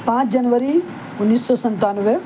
پانچ جنوری انیس سو ستانوے